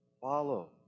Follow